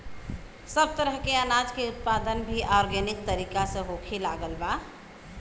सब तरह के अनाज के उत्पादन भी आर्गेनिक तरीका से होखे लागल बा